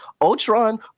Ultron